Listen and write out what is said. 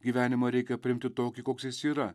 gyvenimą reikia priimti tokį koks jis yra